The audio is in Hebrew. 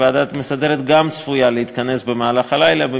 שהוועדה המסדרת תתכנס גם היא במהלך הלילה אם